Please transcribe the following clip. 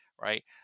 Right